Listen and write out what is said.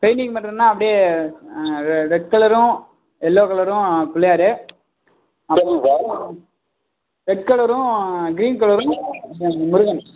painting பண்ணுறதுன்னா அப்படியே ரெ ரெட் கலரும் எல்லோ கலரும் பிள்ளையாரு ரெட் கலரும் க்ரீன் கலரும் மு முருகன்